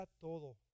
todo